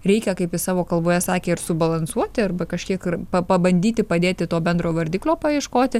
reikia kaip jis savo kalboje sakė ir subalansuoti arba kažkiek ir pa pabandyti padėti to bendro vardiklio paieškoti